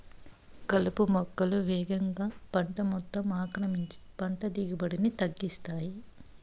కలుపు మొక్కలు వేగంగా పంట మొత్తం ఆక్రమించి పంట దిగుబడిని తగ్గిస్తాయి